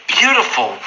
beautiful